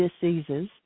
diseases